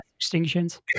extinctions